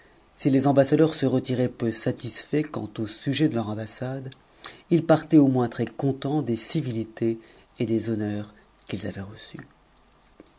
si les ambassadeurs se retiraient peu satisfaits quant au sujet de leur ambassade ils partaient au moins très contents des civilités et des honneurs qu'ils avaient reçus